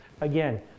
Again